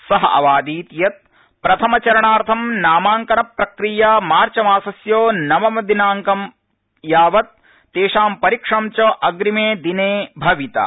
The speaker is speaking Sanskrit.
स प्रवादीत् यत् प्रथम चरणार्थं नामांकन प्रक्रिया मार्च मासस्य नवम दिनांक पर्यन्तं तेषां परीक्षणं च प्रग्रिमे दिने भविता